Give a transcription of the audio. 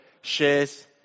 shares